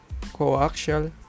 coaxial